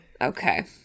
Okay